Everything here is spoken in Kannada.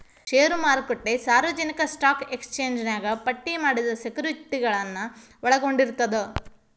ಷೇರು ಮಾರುಕಟ್ಟೆ ಸಾರ್ವಜನಿಕ ಸ್ಟಾಕ್ ಎಕ್ಸ್ಚೇಂಜ್ನ್ಯಾಗ ಪಟ್ಟಿ ಮಾಡಿದ ಸೆಕ್ಯುರಿಟಿಗಳನ್ನ ಒಳಗೊಂಡಿರ್ತದ